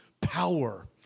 power